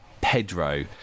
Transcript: Pedro